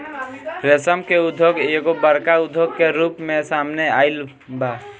रेशम के उद्योग एगो बड़का उद्योग के रूप में सामने आइल बा